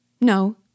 No